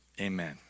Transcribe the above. Amen